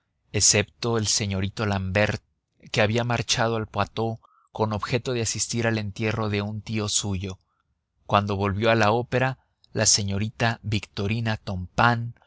excepto el señorito l'ambert que había marchado al poitou con objeto de asistir al entierro de un tío suyo cuando volvió a la opera la señorita victorina